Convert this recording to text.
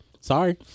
Sorry